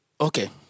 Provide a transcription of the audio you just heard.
Okay